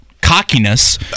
cockiness